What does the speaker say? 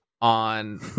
on